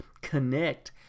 connect